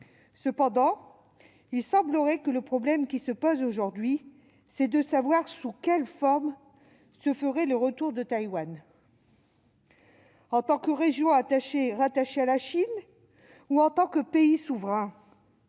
Ing-wen. Le problème qui semblerait se poser aujourd'hui est de savoir sous quelle forme se ferait le retour de Taïwan ... En tant que région rattachée à la Chine ou en tant que pays souverain ?